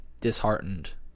disheartened